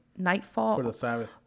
nightfall